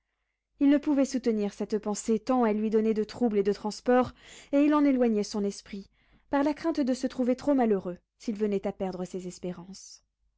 il ne pouvait soutenir cette pensée tant elle lui donnait de trouble et de transports et il en éloignait son esprit par la crainte de se trouver trop malheureux s'il venait à perdre ses espérances